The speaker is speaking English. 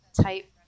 type